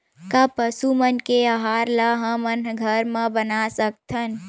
का पशु मन के आहार ला हमन घर मा बना सकथन?